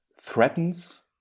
threatens